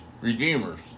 redeemers